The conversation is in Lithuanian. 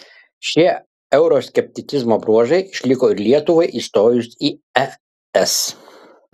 šie euroskepticizmo bruožai išliko ir lietuvai įstojus į es